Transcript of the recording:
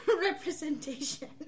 Representation